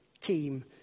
team